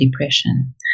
depression